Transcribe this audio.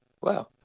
wow